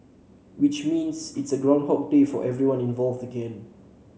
which means it is groundhog day for everyone involved again